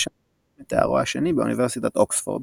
ושם גם השלים את תארו השני באוניברסיטת אוקספורד.